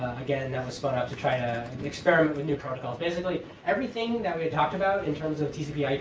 again, that was spun out to try to experiment with new protocols. basically, everything that we had talked about in terms of tcp,